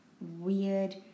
weird